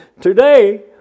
Today